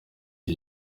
iki